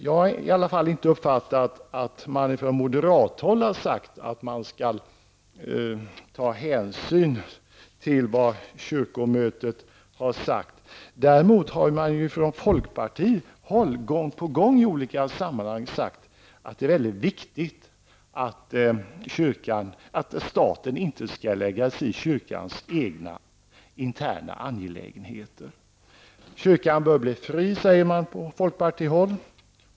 Jag har i alla fall inte uppfattat att man från moderat håll har sagt att man skall ta hänsyn till vad kyrkomötet har sagt. Däremot har man från folkpartihåll gång på gång i olika sammanhang sagt att det är mycket viktigt att staten inte lägger sig i kyrkans egna interna angelägenheter. Kyrkan bör bli fri, säger man på folkpartihåll.